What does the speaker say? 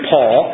Paul